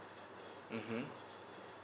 mmhmm